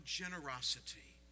generosity